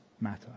matter